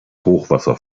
hochwasser